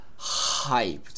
hyped